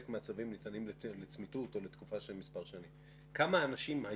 מהצווים ניתנים לצמיתות או לתקופה של מספר שנים היום